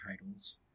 titles